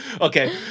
Okay